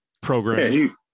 program